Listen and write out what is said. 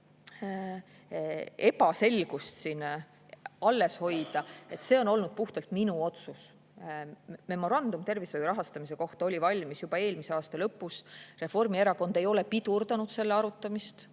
ebaselgust siin alles hoida: see on olnud puhtalt minu otsus. Memorandum tervishoiu rahastamise kohta oli valmis juba eelmise aasta lõpus. Reformierakond ei ole pidurdanud selle arutamist,